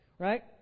Right